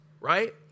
right